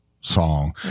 song